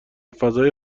فضای